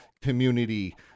community